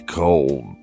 cold